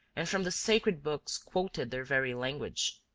and from the sacred books quoted their very language.